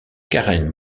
karen